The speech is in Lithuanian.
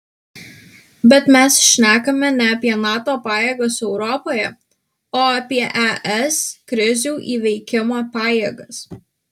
bet mes šnekame ne apie nato pajėgas europoje o apie es krizių įveikimo pajėgas